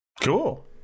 Cool